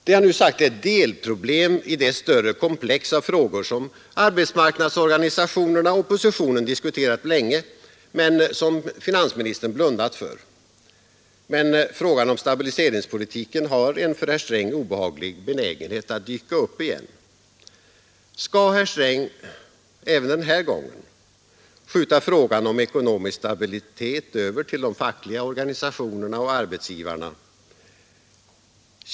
Det jag nu sagt är delproblem i det större komplex av frågor som arbetsmarknadsorganisationerna och oppositionen diskuterat länge men som finansministern blundat för. Men frågan om stabiliseringspolitiken har en för herr Sträng obehaglig benägenhet att dyka upp igen. Skall herr Sträng även den här gången söka skjuta frågan om ekonomisk stabilitet över till de fackliga organisationerna och arbetsgivarna?